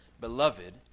Beloved